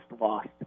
lost